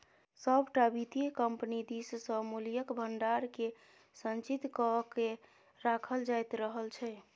सभटा वित्तीय कम्पनी दिससँ मूल्यक भंडारकेँ संचित क कए राखल जाइत रहल छै